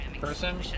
person